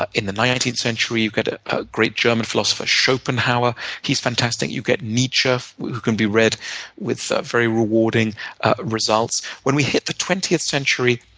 ah in the nineteenth century, you've got a great german philosopher, schopenhauer. he's fantastic. you get nietzsche, who can be read with very rewarding results. when we hit the twentieth century,